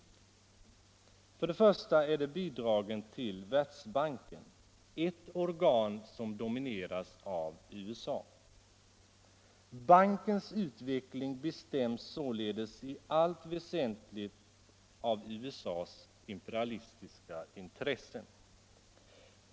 Jag tänker då först och främst på bidragen till Världsbanken, ett organ som helt domineras av USA:s imperialistiska intressen.